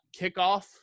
kickoff